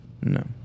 No